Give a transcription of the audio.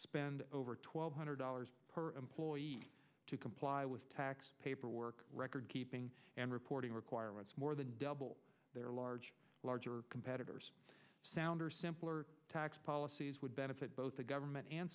spend over twelve hundred dollars per employee to comply with paperwork record keeping and reporting requirements more than double their large larger competitors sounder simpler tax policies would benefit both the government and